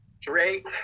drake